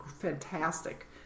fantastic